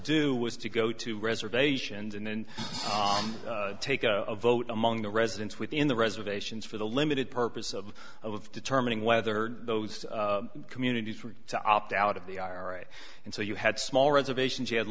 do was to go to reservations and then take a vote among the residents within the reservations for the limited purpose of of determining whether those communities were to opt out of the ira and so you had small reservations you had